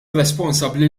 responsabbli